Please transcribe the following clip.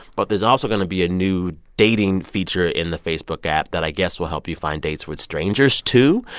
but there's also going to be a new dating feature in the facebook app that, i guess, will help you find dates with strangers too.